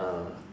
err